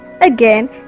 again